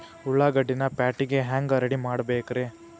ಉಳ್ಳಾಗಡ್ಡಿನ ಪ್ಯಾಟಿಗೆ ಹ್ಯಾಂಗ ರೆಡಿಮಾಡಬೇಕ್ರೇ?